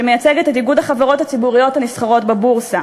שמייצג את איגוד החברות הציבוריות הנסחרות בבורסה,